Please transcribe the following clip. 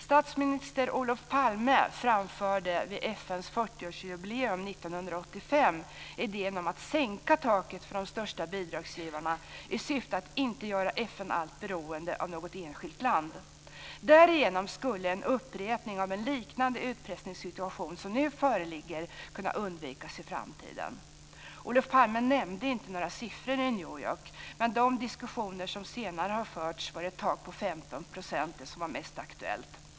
Statsminister idén om att sänka taket för de största bidragsgivarna i syfte att inte göra FN alltför beroende av något enskilt land. Därigenom skulle en upprepning av en liknande utpressningssituation som nu föreligger kunna undvikas i framtiden. Olof Palme nämnde inte några siffror i New York, men i de diskussioner som senare fördes var ett tak på 15 % det som var mest aktuellt.